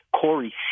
Corey